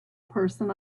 person